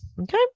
Okay